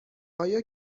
آیا